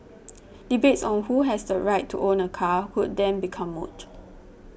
debates on who has the right to own a car could then become moot